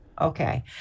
Okay